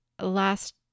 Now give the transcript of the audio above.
last